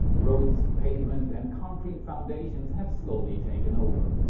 roads, pavement and concrete foundations have slowly taken over.